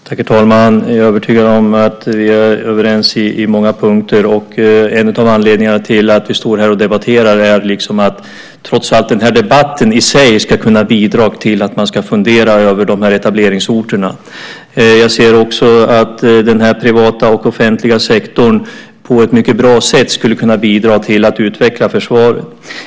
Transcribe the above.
Herr talman! Jag är övertygad om att vi är överens på många punkter. En av anledningarna till att vi står här och debatterar är trots allt att debatten i sig ska bidra till att man ska fundera över etableringsorterna. Jag ser också att den privata och den offentliga sektorn på ett mycket bra sätt skulle kunna bidra till att utveckla försvaret.